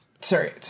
Sorry